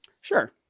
Sure